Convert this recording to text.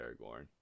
Aragorn